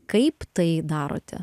kaip tai darote